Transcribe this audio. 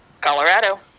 Colorado